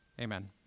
amen